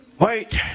wait